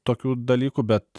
tokių dalykų bet